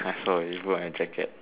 I saw if who hold your jacket